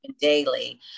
daily